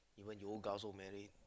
even yoga also married